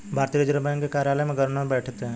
भारतीय reserve bank के कार्यालय में गवर्नर बैठते हैं